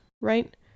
right